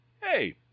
hey